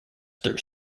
through